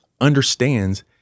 understands